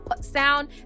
sound